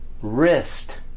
wrist